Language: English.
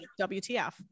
WTF